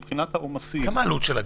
מבחינת העומסים --- מה העלות של האגרה?